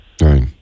right